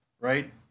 right